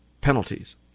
penalties